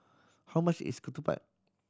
how much is ketupat